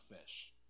fish